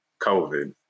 COVID